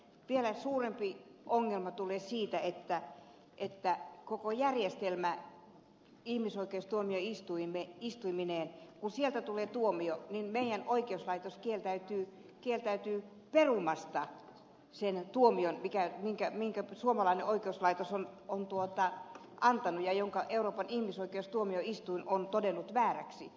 vielä suurempi ongelma tulee siitä että koko järjestelmä ihmisoikeustuomioistuimineen ei toimi sillä kun sieltä tulee tuomio niin meidän oikeuslaitoksemme kieltäytyy perumasta sitä tuomiota jonka suomalainen oikeuslaitos on antanut ja jonka euroopan ihmisoikeustuomioistuin on todennut vääräksi